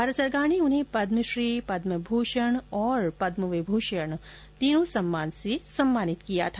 भारत सरकार ने उन्हें पद्मश्री पद्म भूषण और पद्म विभूषण से सम्मानित किया था